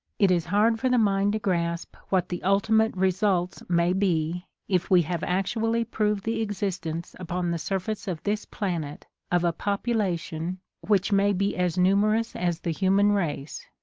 it is hard for the mind to grasp what the ultimate results may be if we have actually proved the existence upon the sur face of this planet of a population which may be as numerous as the human race,